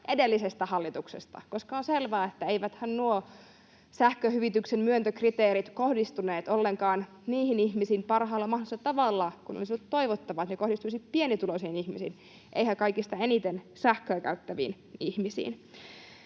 edellisestä hallituksesta, koska on selvää, että eiväthän nuo sähköhyvityksen myöntökriteerit kohdistuneet ollenkaan niihin ihmisiin parhaalla mahdollisella tavalla, kun olisi ollut toivottavaa, että ne kohdistuisivat pienituloisiin ihmisiin, eivät kaikista eniten sähköä käyttäviin ihmisiin.